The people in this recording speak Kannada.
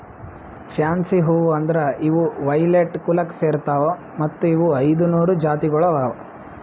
ಫ್ಯಾನ್ಸಿ ಹೂವು ಅಂದುರ್ ಇವು ವೈಲೆಟ್ ಕುಲಕ್ ಸೇರ್ತಾವ್ ಮತ್ತ ಇವು ಐದ ನೂರು ಜಾತಿಗೊಳ್ ಅವಾ